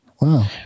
Wow